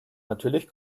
natürlich